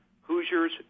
Hoosiers